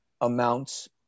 amounts